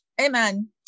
Amen